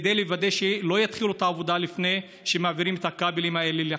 כדי לוודא שלא יתחילו את העבודה לפני שמעבירים את הכבלים האלה לקרקע.